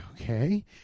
okay